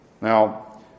Now